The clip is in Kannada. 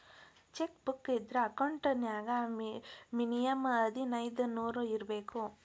ಚೆಕ್ ಬುಕ್ ಇದ್ರ ಅಕೌಂಟ್ ನ್ಯಾಗ ಮಿನಿಮಂ ಹದಿನೈದ್ ನೂರ್ ಇರ್ಬೇಕು